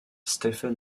stephen